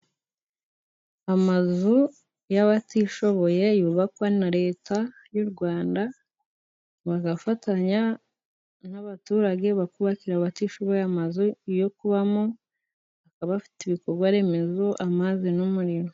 Amazu y'abatishoboye yubakwa na Leta y'u Rwanda, bagafatanya n'abaturage bakubakira abatishoboye amazu yo kubamo, akaba afite ibikorwa remezo, amazi n'umuriro.